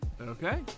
Okay